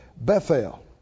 Bethel